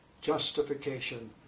justification